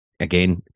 Again